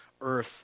earth